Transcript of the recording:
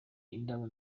indabo